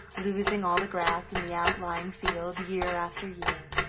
losing all the grass in the outlying field year after year,